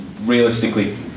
realistically